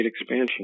expansion